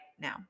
now